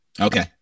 Okay